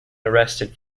arrested